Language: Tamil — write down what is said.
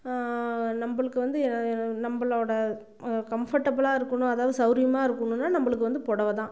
நம்மளுக்கு வந்து நம்மளோட கம்ஃபர்டபுளாக இருக்கணும் அதாவது சவுரியமாக இருக்கணும்னா நம்மளுக்கு வந்து புடவை தான்